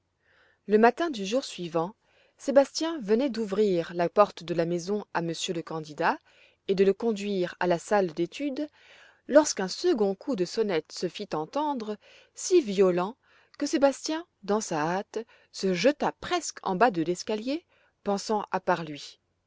le matin du jour suivant sébastien venait d'ouvrir la porte de la maison à monsieur le candidat et de le conduire à la salle d'études lorsqu'un second coup de sonnette se fit entendre si violent que sébastien dans sa hâte se jeta presque en bas de l'escalier pensant à part lui